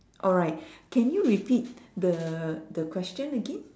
alright can you repeat the the question again